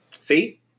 See